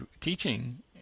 teaching